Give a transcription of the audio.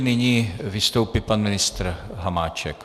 Nyní vystoupí pan ministr Hamáček.